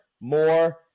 more